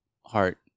heart